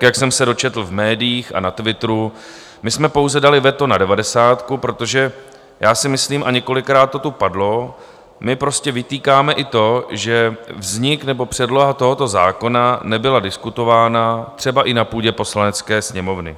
Jak jsem se dočetl v médiích a na Twitteru, my jsme pouze dali veto na devadesátku, protože si myslím, a několikrát to tu padlo, my prostě vytýkáme i to, že vznik nebo předloha tohoto zákona nebyla diskutována třeba i na půdě Poslanecké sněmovny.